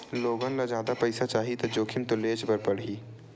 लोगन ल जादा पइसा चाही त जोखिम तो लेयेच बर परही